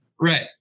Right